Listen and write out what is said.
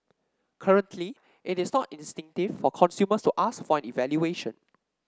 currently it is not instinctive for consumers to ask for an evaluation